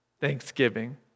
Thanksgiving